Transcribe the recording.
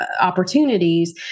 opportunities